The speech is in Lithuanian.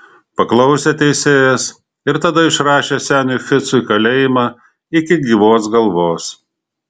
paklausė teisėjas ir tada išrašė seniui ficui kalėjimą iki gyvos galvos